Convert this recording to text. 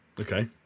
Okay